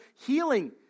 healing